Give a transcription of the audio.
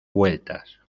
vueltas